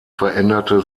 veränderte